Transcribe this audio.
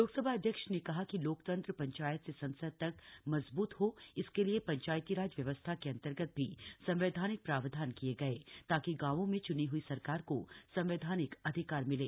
लोकसभा अध्यक्ष ने कहा कि लोकतंत्र पंचायत से संसद तक मजबूत हो इसके लिए पंचायतीराज व्यवस्था के अन्तर्गत भी संवधानिक प्रावधान किये गये ताकि गांवों में चनी हई सरकार को संवधानिक अधिकार मिलें